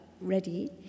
ready